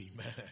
amen